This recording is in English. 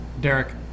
Derek